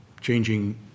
changing